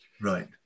Right